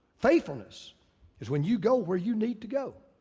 faithfulness is when you go where you need to go.